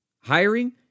Hiring